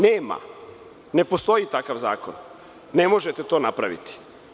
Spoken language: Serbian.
Nema, ne postoji takav zakon, ne možete to napraviti.